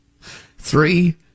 Three